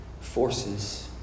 forces